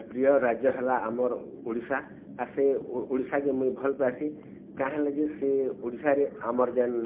ପ୍ରିୟ ରାଜ୍ୟ ହେଲା ଆମର୍ ଓଡ଼ିଶା ଆର୍ ସେ ଓଡ଼ିଶା କେ ମୁଇଁ ଭଲ୍ ପେଂସିଁ କାଁ ହେଲା ଯେ ସେ ଓଡ଼ିଶା ରେ ଆମର୍ ଜେନ୍